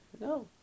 No